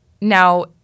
Now